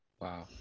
Wow